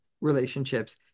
relationships